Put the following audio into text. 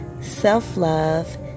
self-love